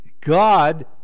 God